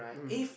mmhmm